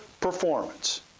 performance